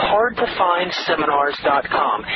HardToFindSeminars.com